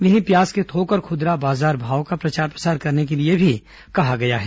वहीं प्याज के थोक और खुदरा बाजार भाव का प्रचार प्रसार करने के लिए भी कहा गया है